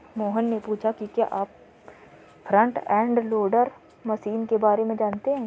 मोहन ने पूछा कि क्या आप फ्रंट एंड लोडर मशीन के बारे में जानते हैं?